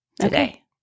today